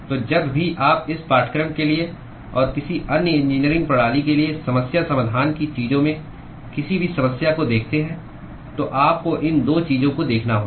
तो जब भी आप इस पाठ्यक्रम के लिए और किसी अन्य इंजीनियरिंग प्रणाली के लिए समस्या समाधान की चीजों में किसी भी समस्या को देखते हैं तो आपको इन 2 चीजों को देखना होगा